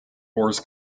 wars